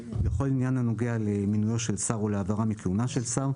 לכל עניין הנוגע למינויו של שר או להעברה מכהונה של שר,